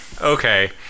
Okay